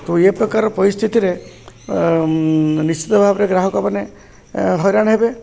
ତ ଏଇପ୍ରକାର ପରିସ୍ଥିତିରେ ନିଶ୍ଚିତ ଭାବରେ ଗ୍ରାହକମାନେ ହଇରାଣ ହେବେ